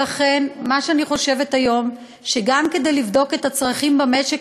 לכן אני חושבת היום שגם כדי לבדוק את הצרכים במשק,